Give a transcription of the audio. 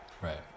Right